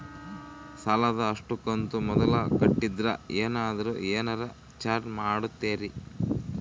ಸಾಲದ ಅಷ್ಟು ಕಂತು ಮೊದಲ ಕಟ್ಟಿದ್ರ ಏನಾದರೂ ಏನರ ಚಾರ್ಜ್ ಮಾಡುತ್ತೇರಿ?